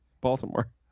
Baltimore